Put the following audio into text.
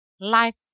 life